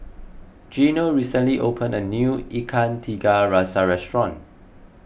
Gino recently opened a new Ikan Tiga Rasa Restaurant